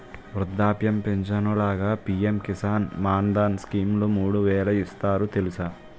వృద్ధాప్య పించను లాగా పి.ఎం కిసాన్ మాన్ధన్ స్కీంలో మూడు వేలు ఇస్తారు తెలుసా?